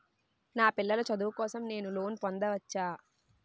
నా పిల్లల చదువు కోసం నేను లోన్ పొందవచ్చా?